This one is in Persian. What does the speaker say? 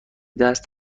دست